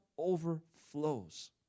overflows